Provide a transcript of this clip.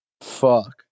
Fuck